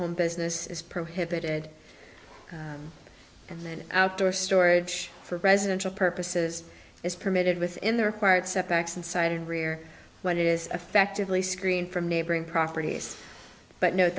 home business is prohibited from an outdoor storage for residential purposes is permitted within their part setbacks inside and rear when it is effectively screen from neighboring properties but no